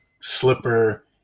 slipper